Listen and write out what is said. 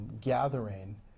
gathering